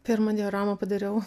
pirmą dioramą padariau